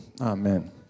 Amen